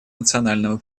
национального